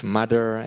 mother